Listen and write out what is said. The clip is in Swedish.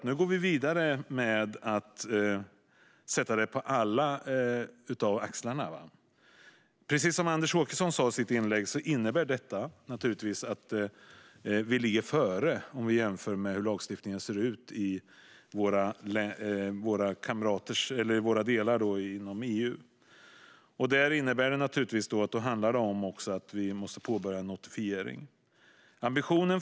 Nu går vi vidare med att sätta det på alla axlarna. Precis som Anders Åkesson sa innebär det att vi ligger före lagstiftningen i EU. Då måste vi också påbörja en notifiering.